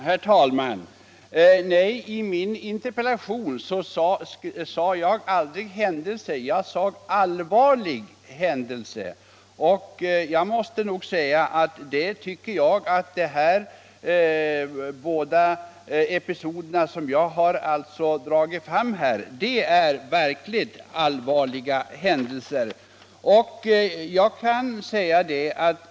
Herr talman! I min fråga till justitieministern använde jag inte enbart ordet händelse utan allvarlig händelse. Båda de episoder som jag här har redogjort för anser jag vara verkligt allvarliga händelser.